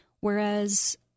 whereas